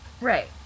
Right